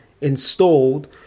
installed